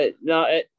No